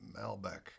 malbec